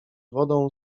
wodą